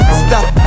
stop